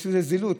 יש בזה זילות.